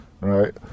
right